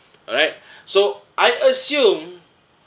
alright so I assume